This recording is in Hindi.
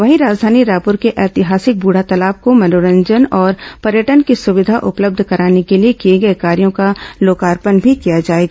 वहीं राजधानी रायपुर के ऐतिहासिक बुढ़ातालाब को मनोरंजन और पर्यटन की सुविधा उपलब्ध कराने के लिए किए गए कार्यों का लोकार्पण भी किया जाएगा